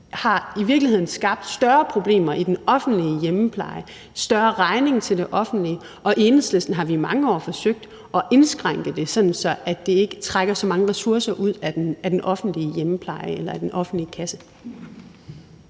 har i virkeligheden skabt større problemer i den offentlige hjemmepleje og en større regning til det offentlige, og i Enhedslisten har vi i mange år forsøgt at indskrænke det, sådan at det ikke trækker så mange ressourcer ud af den offentlige hjemmepleje og den offentlige kasse.